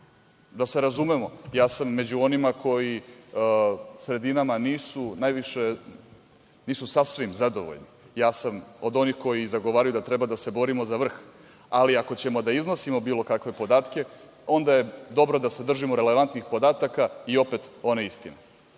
se razumemo, ja sam među onima koji sredinama nisu najviše, nisu sasvim zadovoljni. Ja sam od onih koji zagovaraju da treba da se borimo za vrh, ali ako ćemo da iznosimo bilo kakve podatke, onda je dobro da se držimo relevantnih podataka i opet one istine.